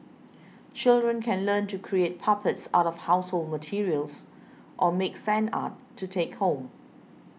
children can learn to create puppets out of household materials or make sand art to take home